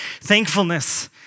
thankfulness